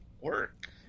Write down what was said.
work